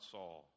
Saul